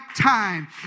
time